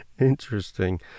Interesting